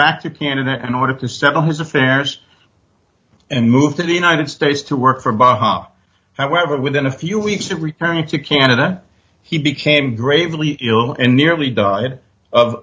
back to canada and wanted to settle his affairs and moved to the united states to work from baja however within a few weeks of returning to canada he became gravely ill and nearly died of